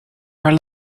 are